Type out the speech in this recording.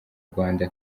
rwanda